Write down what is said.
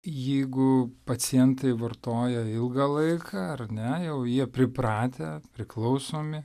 jeigu pacientai vartoja ilgą laiką ar ne jau jie pripratę priklausomi